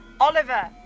Oliver